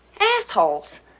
assholes